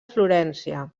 florència